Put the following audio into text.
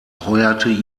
heuerte